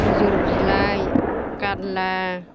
खेजुर बिलाइ गारला